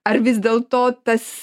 ar vis dėlto tas